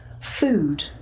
food